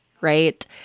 Right